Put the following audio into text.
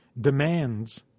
demands